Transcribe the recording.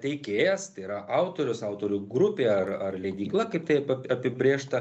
teikėjas tai yra autorius autorių grupė ar ar leidykla kaip tai apibrėžta